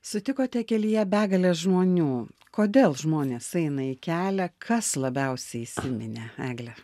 sutikote kelyje begalę žmonių kodėl žmonės eina į kelią kas labiausiai įsiminė egle